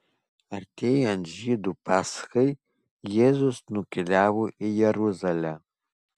artėjant žydų paschai jėzus nukeliavo į jeruzalę